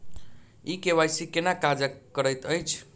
ई KYC केना काज करैत अछि?